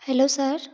hello sir